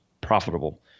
profitable